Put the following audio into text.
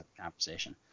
conversation